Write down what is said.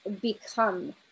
become